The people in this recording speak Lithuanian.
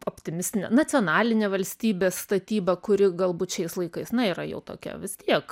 optimistinė nacionalinė valstybės statyba kuri galbūt šiais laikais na yra jau tokia vis tiek